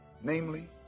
namely